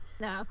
No